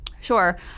Sure